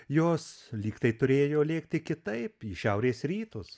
jos lygtai turėjo lėkti kitaip į šiaurės rytus